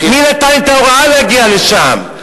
מי נתן את ההוראה להגיע לשם?